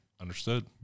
Understood